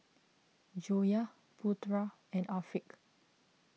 Joyah Putra and Afiq